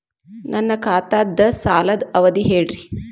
ನನ್ನ ಖಾತಾದ್ದ ಸಾಲದ್ ಅವಧಿ ಹೇಳ್ರಿ